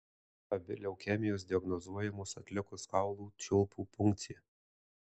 abi leukemijos diagnozuojamos atlikus kaulų čiulpų punkciją